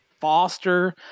Foster